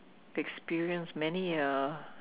experience many uh